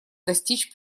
достичь